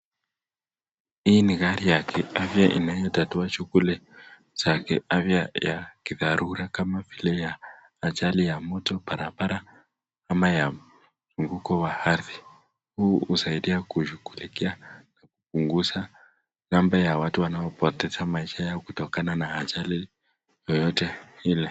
Hii ni gari ya kiafya inayotatua shughuli za kiafya ya kidharura kama vile ya ajali ya mtu barabara ama ya mwanguko wa ardhi. Huu husaidia kushughulikia kupunguza namba ya watu wanaopoteza maisha kutoka na ajali yeyote ile.